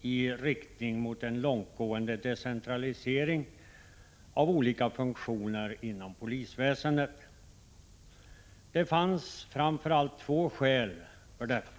i riktning mot en långtgående decentralisering av olika funktioner inom polisväsendet. Det fanns framför allt två skäl för detta.